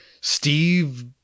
Steve